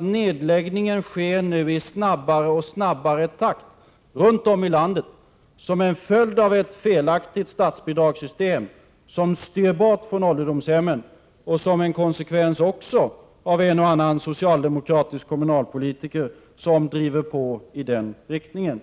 nedläggningen sker nu också i allt snabbare takt runt om i landet, som en följd av ett felaktigt statsbidragssystem, som styr bort från ålderdomshemmen, och också som en konsekvens av att en och annan socialdemokra tisk kommunalpolitiker driver på i den riktningen.